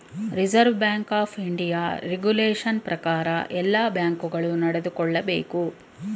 reserve bank of India regulation ಪ್ರಕಾರ ಎಲ್ಲ bank ಗಳು ನಡೆದುಕೊಳ್ಳಬೇಕು